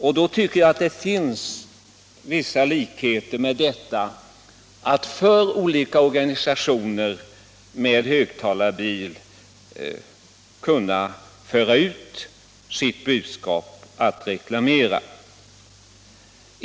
Jag tycker att det finns vissa likheter mellan detta och att för olika organisationer med högtalarbil kunna föra ut ett budskap, göra reklam.